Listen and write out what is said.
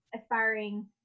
aspiring